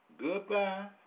goodbye